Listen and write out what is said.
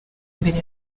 mbere